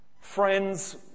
friends